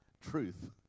truth